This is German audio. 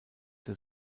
der